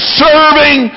serving